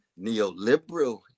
neoliberal